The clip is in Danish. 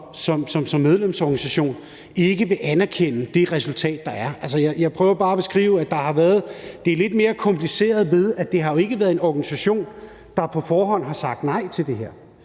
man som medlemsorganisation ikke vil anerkende det resultat, der er. Altså, jeg prøver bare at beskrive, at det er lidt mere kompliceret, ved at det jo ikke har været en organisation, der på forhånd har sagt nej til det her.